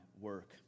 work